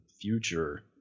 future